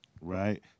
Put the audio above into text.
right